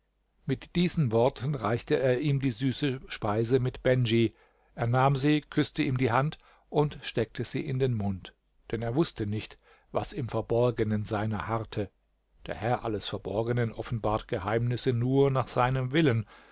mit diesen worten reichte er ihm die süße speise mit bendj er nahm sie küßte ihm die hand und steckte sie in den mund denn er wußte nicht was im verborgenen seiner harrte der herr alles verborgenen offenbart geheimnisse nur nach seinem willen